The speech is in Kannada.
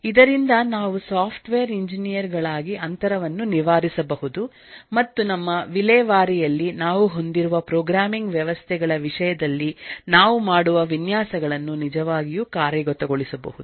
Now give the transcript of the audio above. ಇದರಿಂದ ನಾವು ಸಾಫ್ಟ್ವೇರ್ ಎಂಜಿನಿಯರ್ ಗಳಾಗಿ ಅಂತರವನ್ನು ನಿವಾರಿಸಬಹುದು ಮತ್ತು ನಮ್ಮ ವಿಲೇವಾರಿಯಲ್ಲಿ ನಾವು ಹೊಂದಿರುವ ಪ್ರೋಗ್ರಾಮಿಂಗ್ ವ್ಯವಸ್ಥೆಗಳ ವಿಷಯದಲ್ಲಿ ನಾವು ಮಾಡುವ ವಿನ್ಯಾಸಗಳನ್ನು ನಿಜವಾಗಿಯೂ ಕಾರ್ಯಗತಗೊಳಿಸಬಹುದು